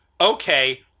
okay